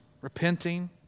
Repenting